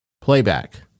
playback